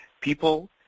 People